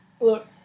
look